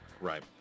right